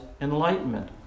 enlightenment